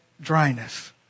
dryness